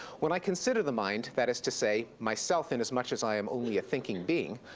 when i consider the mind, that is to say, myself in as much as i am only a thinking being,